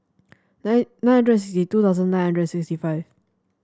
nine nine hundred sixty two thousand nine hundred and seventy five